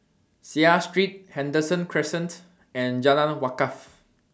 Seah Street Henderson Crescent and Jalan Wakaff